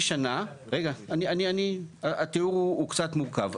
רגע, התיאור הוא קצת מורכב.